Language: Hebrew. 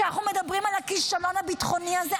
כשאנחנו מדברים על הכישלון הביטחוני הזה,